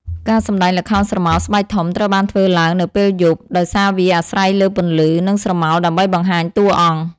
ការសម្តែងល្ខោនស្រមោលស្បែកធំត្រូវបានធ្វើឡើងនៅពេលយប់ ដោយសារវាអាស្រ័យលើពន្លឺ និងស្រមោលដើម្បីបង្ហាញតួអង្គ។